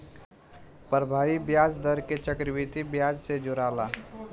प्रभावी ब्याज दर के चक्रविधि ब्याज से जोराला